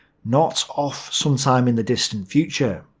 not off sometime in the distant future.